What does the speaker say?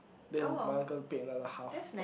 then my uncle paid another half